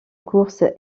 course